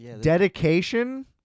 Dedication